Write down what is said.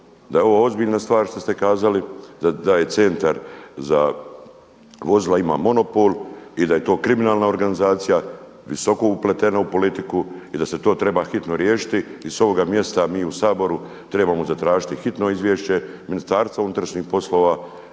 da je ovo ozbiljna stvar što ste kazali da je Centar za vozila ima monopol i da je to kriminalna organizacija, visoko upletena u politiku i da se to treba hitno riješiti. I s ovoga mjesta mi u Saboru trebamo zatražiti hitno izvješće MUP, vas iz Ministarstva